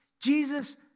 Jesus